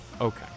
okay